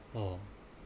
oh